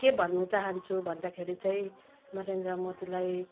के भन्नचाहन्छु भन्दाखेरि चाहिँ नरेन्द्र मोदीलाई